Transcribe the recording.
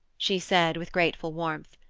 she said, with grateful warmth.